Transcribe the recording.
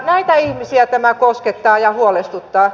näitä ihmisiä tämä koskettaa ja huolestuttaa